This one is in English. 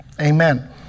amen